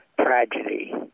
tragedy